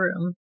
room